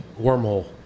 wormhole